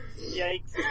Yikes